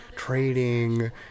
trading